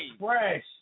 Fresh